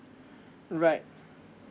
right